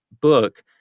book